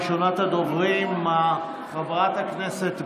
ראשונת הדוברים, חברת הכנסת ברק.